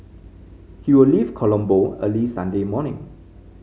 he will leave Colombo early Sunday morning